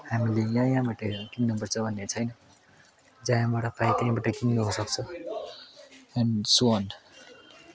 हामीले यहाँ यहाँबाट हेरेर किन्नुपर्छ भन्ने छैन जहाँबाट पायो त्यहीबाट किन्नुसक्छ एन्ड सो अन